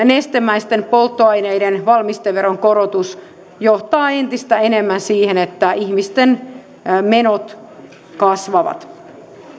nestemäisten polttoaineiden valmisteveron korotus johtaa entistä enemmän siihen että ihmisten menot kasvavat